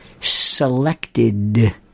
selected